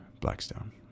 Blackstone